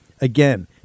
Again